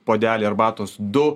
puodelį arbatos du